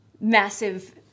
massive